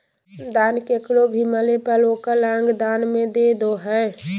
दान केकरो भी मरे पर ओकर अंग दान में दे दो हइ